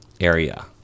area